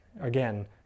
again